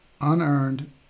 unearned